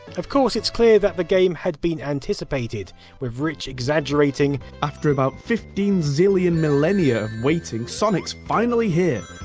of course, it's clear that the game had been anticipated with rich exaggerating after about fifteen zillion millenia of waiting. sonic's finally here,